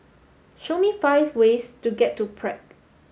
show me five ways to get to Prague